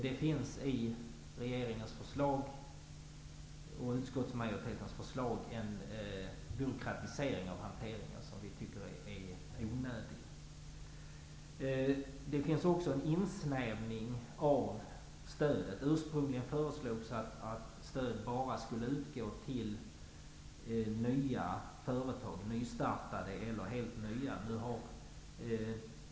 Det finns i regeringens förslag och i utskottsmajoritetens förslag en byråkratisering av hanteringen som vi tycker är onödig. Där finns också en insnävning av stödet. Ursprungligen föreslogs att stöd bara skulle utgå till nystartade eller helt nya företag.